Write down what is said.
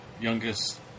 youngest